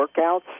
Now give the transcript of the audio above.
workouts